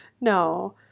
No